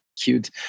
cute